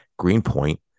Greenpoint